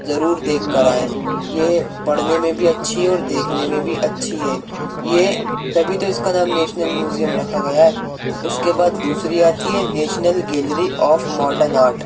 ضرور دیکھ کر آئیں یہ پڑھنے میں بھی اچھی ہے اور دیکھنے میں بھی اچھی ہے یہ تبھی تو اس کا نام نیشنل میوزیم رکھا گیا ہے اس کے بعد دوسری آتی ہے National Gallery of Modern art